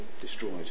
destroyed